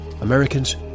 Americans